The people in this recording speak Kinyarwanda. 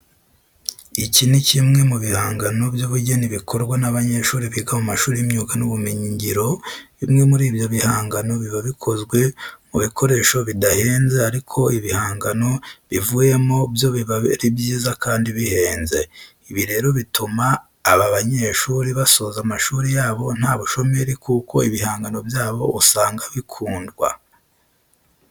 Iki ni kimwe mu bihangano by'ubugeni bikorwa n'abanyeshuri biga mu mashuri y'imyuga n'Ubumenyingiro. Bimwe muri ibyo bihangano biba bikozwe mu bikoresho bidahenze ariko ibihangano bivuyemo byo biba ari byiza kandi bihenze. Ibi rero bituma aba banyeshuri basoza amashuri yabo nta bushomeri kuko ibihangano byabo usanga bikundwa.